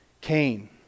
Cain